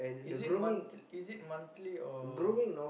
is it month~ is it monthly or